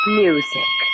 music